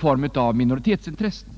fall med minoritetsintressen.